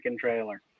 trailer